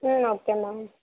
ம் okay ma'am